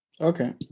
Okay